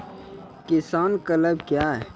किसान क्लब क्या हैं?